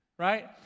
Right